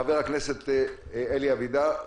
חבר הכנסת אלי אבידר,